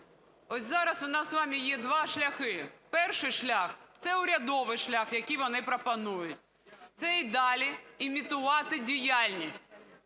Ось зараз у нас з вами є два шляхи. Перший шлях – це урядовий шлях, який вони пропонують, це і далі імітувати діяльність,